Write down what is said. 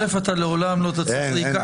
אתה לעולם לא תצליח להיכנס.